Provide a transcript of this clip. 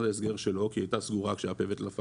ההסגר שלו כי היא הייתה סגורה כשהיה פה וטלפיים,